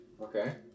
Okay